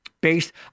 based